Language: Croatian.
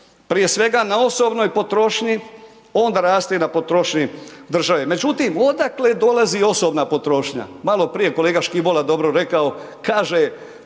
prije svega na osobnoj potrošnji, onda raste i na potrošnji države. Međutim odakle dolazi osobna potrošnja? Maloprije je kolega Škibola dobro rekao, kaže